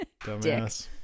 Dumbass